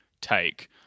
take